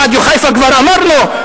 רדיו חיפה כבר אמרנו.